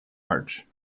arch